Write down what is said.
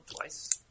twice